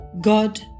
God